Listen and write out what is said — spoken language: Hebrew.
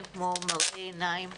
אין כמו מראה עיניים.